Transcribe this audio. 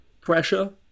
pressure